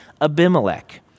Abimelech